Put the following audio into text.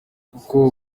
kuko